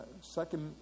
second